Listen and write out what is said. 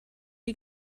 die